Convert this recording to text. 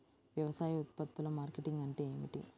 వ్యవసాయ ఉత్పత్తుల మార్కెటింగ్ అంటే ఏమిటి?